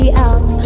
out